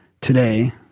today